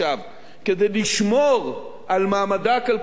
כדי לשמור על מעמדה הכלכלי של ישראל,